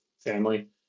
family